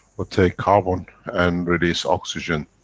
or take carbon and release oxygen.